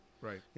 Right